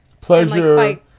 Pleasure